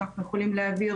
שאנחנו יכולים להעביר